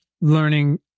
learning